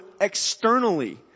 externally